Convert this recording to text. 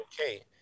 okay